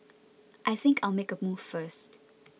I think I'll make a move first